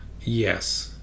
Yes